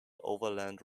overland